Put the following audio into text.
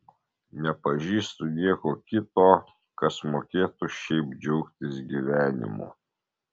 nepažįstu nieko kito kas mokėtų šiaip džiaugtis gyvenimu